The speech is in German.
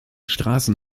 straßen